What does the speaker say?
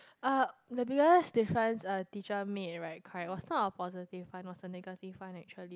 uh the biggest difference a teacher made right correct was not a positive one was a negative one actually